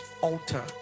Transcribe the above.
alter